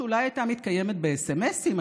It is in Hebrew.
שאולי הייתה מתקיימת בסמ"סים,